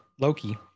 Loki